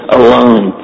alone